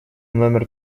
номер